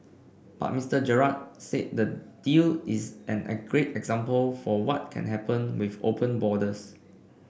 but Mister Gerard said the deal is an a great example for what can happen with open borders